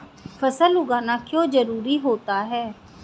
फसल उगाना क्यों जरूरी होता है?